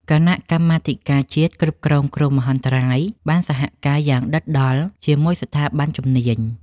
គណៈកម្មាធិការជាតិគ្រប់គ្រងគ្រោះមហន្តរាយបានសហការយ៉ាងដិតដល់ជាមួយស្ថាប័នជំនាញ។